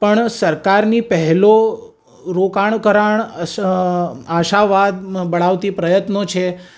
પણ સરકારની પહેલો રોકાણ કરાણ અસ આશાવાદમાં બઢાવતી પ્રયત્નો છે